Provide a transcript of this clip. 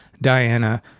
Diana